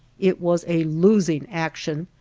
it was a losing action,